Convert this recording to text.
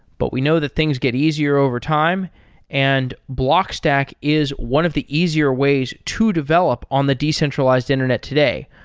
but we know that things get easier overtime and blockstack is one of the easier ways to develop on the decentralized internet today.